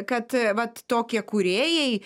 kad vat tokie kūrėjai